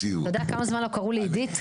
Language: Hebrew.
אתה יודע כמה זמן לא קראו לי עידית?